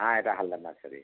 হ্যাঁ এটা হালদার নার্সারি